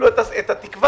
על כל פנים מניחים